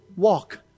Walk